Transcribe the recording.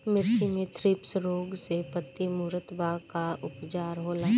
मिर्च मे थ्रिप्स रोग से पत्ती मूरत बा का उपचार होला?